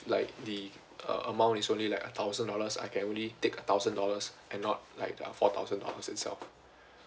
like the uh amount is only like a thousand dollars I can only take a thousand dollars and not like uh four thousand dollars itself